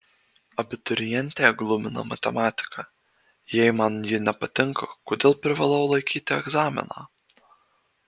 abiturientę glumina matematika jei man ji nepatinka kodėl privalau laikyti egzaminą